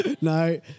no